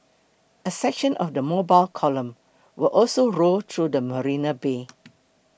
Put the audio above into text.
a section of the mobile column will also roll through the Marina Bay